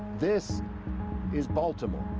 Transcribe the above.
this is baltimore,